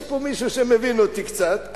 יש פה מישהו שמבין אותי קצת,